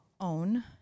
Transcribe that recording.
own